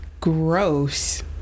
Gross